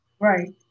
right